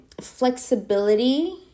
flexibility